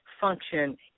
function